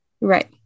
right